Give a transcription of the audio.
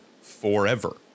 forever